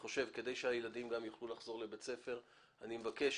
כדי שהילדים יוכלו לחזור לבית הספר, אני מבקש